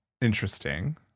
interesting